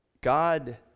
God